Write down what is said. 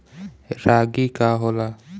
रागी का होला?